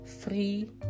free